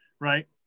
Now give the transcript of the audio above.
right